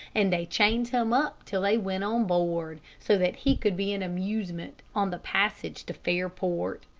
and they chained him up till they went on board, so that he could be an amusement on the passage to fairport.